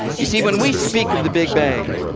you see, when we speak of the big bang,